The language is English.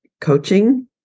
coaching